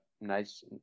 Nice